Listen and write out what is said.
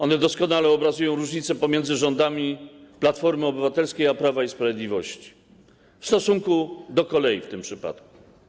One doskonale obrazują różnicę pomiędzy rządami Platformy Obywatelskiej i Prawa i Sprawiedliwości w stosunku do kolei w tym przypadku.